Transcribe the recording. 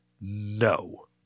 no